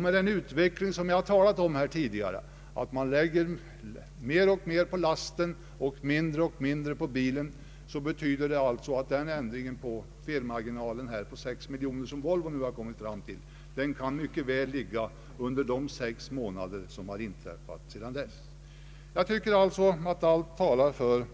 Med den utveckling på bilkonstruktionernas område som jag tidigare talat om, nämligen att själva bilens tjänstevikt blir mindre och lasten större, betyder det att den marginal på 6 miljoner kronor som Volvo nu kommit fram till mycket väl kan hänföra sig till de sex månader som gått sedan den 1 januari 1970. Allt talar för